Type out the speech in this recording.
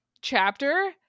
chapter